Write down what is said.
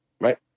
right